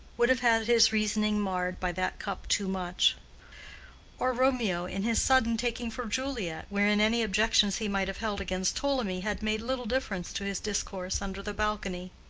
would have had his reasoning marred by that cup too much or romeo in his sudden taking for juliet, wherein any objections he might have held against ptolemy had made little difference to his discourse under the balcony.